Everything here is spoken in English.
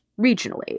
regionally